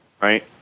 right